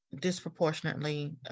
disproportionately